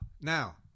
now